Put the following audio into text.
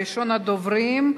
ראשון הדוברים,